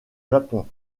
japon